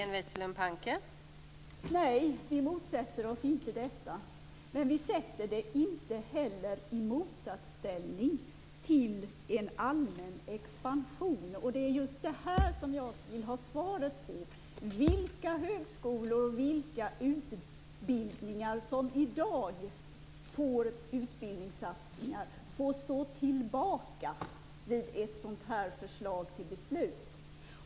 Fru talman! Nej, vi motsätter oss inte detta. Men vi ställer inte heller en utökning av den tekniska utbildningen i motsats till en allmän expansion. Det är just om detta som jag vill ställa en fråga. Vilka högskolor och vilka utbildningar som i dag får del av utbildningssatsningar får stå tillbaka vid ett sådant förslag till beslut?